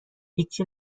هیچچی